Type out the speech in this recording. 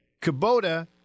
Kubota